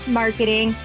marketing